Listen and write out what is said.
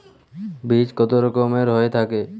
বীজ কত রকমের হয়ে থাকে?